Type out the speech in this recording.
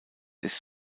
ist